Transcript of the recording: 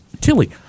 Tilly